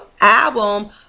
album